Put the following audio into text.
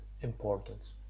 important